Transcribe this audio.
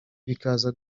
bikaza